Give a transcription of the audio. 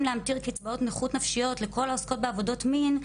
להמטיר קצבאות נכות נפשיות לכל העוסקות בעבודות מין,